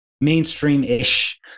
mainstream-ish